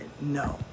no